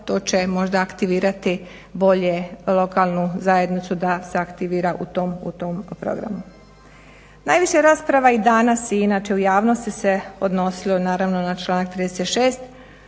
to će možda aktivirati bolje lokalnu zajednicu da se aktivira u tom programu. Najviše rasprava i danas i inače u javnosti se odnosilo naravno na članak 36.